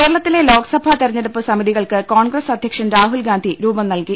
കേരളത്തിലെ ലോക്സഭാ തെരഞ്ഞെടുപ്പ് സമിതികൾക്ക് കോൺഗ്രസ് അധ്യക്ഷൻ രാഹുൽ ഗ്രാന്ധി രൂപം നൽകി